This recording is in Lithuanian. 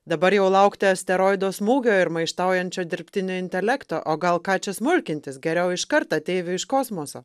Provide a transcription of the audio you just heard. dabar jau laukti asteroido smūgio ir maištaujančio dirbtinio intelekto o gal ką čia smulkintis geriau iškart ateivių iš kosmoso